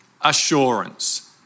assurance